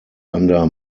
under